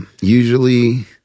usually